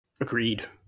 Agreed